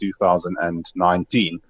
2019